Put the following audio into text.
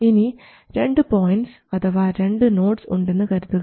ഇനി രണ്ട് പോയൻറ്സ് അഥവാ രണ്ട് നോഡ്സ് ഉണ്ടെന്ന് കരുതുക